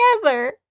together